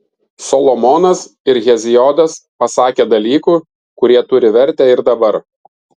solomonas ir heziodas pasakė dalykų kurie turi vertę ir dabar